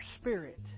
spirit